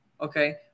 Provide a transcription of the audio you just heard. Okay